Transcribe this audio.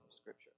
Scripture